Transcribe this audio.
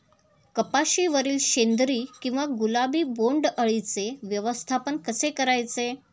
कपाशिवरील शेंदरी किंवा गुलाबी बोंडअळीचे व्यवस्थापन कसे करायचे?